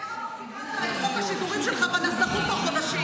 מיארה מחזיקה לך את חוק השידורים שלך בנסחות כבר חודשים.